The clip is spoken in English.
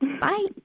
Bye